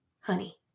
honey